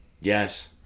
Yes